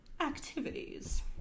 activities